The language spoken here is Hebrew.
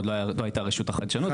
עוד לא היתה רשות החדשנות,